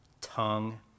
Tongue